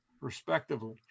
respectively